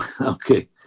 okay